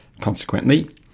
Consequently